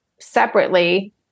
separately